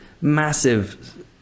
massive